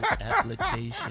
Application